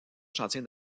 chantier